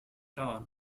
town